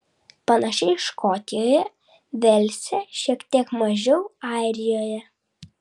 panašiai škotijoje velse šiek tiek mažiau airijoje